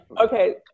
okay